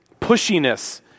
pushiness